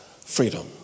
freedom